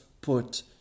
put